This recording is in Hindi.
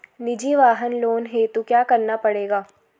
निजी वाहन लोन हेतु क्या करना पड़ेगा?